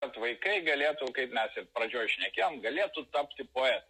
kad vaikai galėtų kaip mes ir pradžioj šnekėjom galėtų tapti poetai